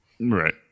Right